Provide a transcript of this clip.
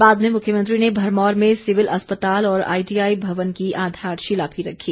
बाद में मुख्यमंत्री ने भरमौर में सिविल अस्पताल और आईटीआई भवन की आधारशिला भी रखी